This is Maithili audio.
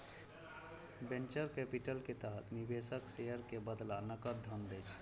वेंचर कैपिटल के तहत निवेशक शेयर के बदला नकद धन दै छै